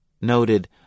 noted